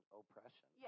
oppression